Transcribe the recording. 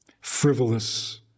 frivolous